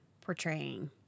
portraying